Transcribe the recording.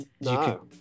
no